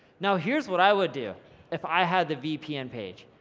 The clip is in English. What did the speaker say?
now, here's what i would do if i had the vpn page,